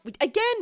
again